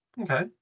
okay